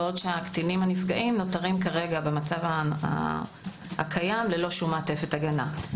בעוד שהקטינים הנפגעים נותרים כרגע ללא שום מעטפת הגנה.